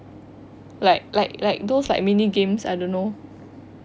like like like those like mini games I don't know